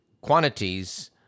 quantities